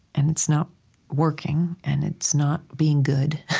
and it's not working, and it's not being good,